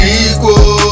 equal